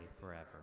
forever